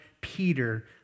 Peter